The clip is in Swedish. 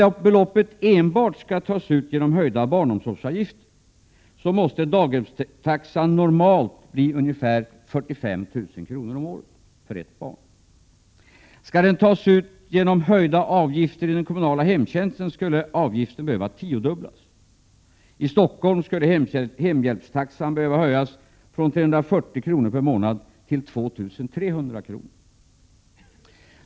Om beloppet enbart skulle tas ut genom höjda barnomsorgsavgifter, skulle daghemstaxan normalt bli ungefär 45 000 kr. om året för ett barn. Skall det tas ut genom höjda avgifter i den kommunala hemtjänsten skulle avgiften behöva tiofaldigas. I Stockholm skulle hemhjälpstaxan behöva höjas från 340 kr. till 2 300 kr. per månad.